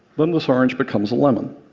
then this orange becomes a lemon,